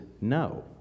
no